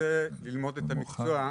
שרוצה ללמוד את המקצוע,